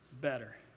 better